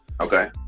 Okay